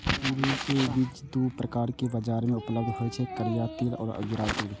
तिल के बीज दू प्रकारक बाजार मे उपलब्ध होइ छै, करिया तिल आ उजरा तिल